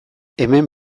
hemen